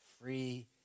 free